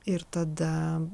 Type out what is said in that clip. ir tada